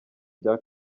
bya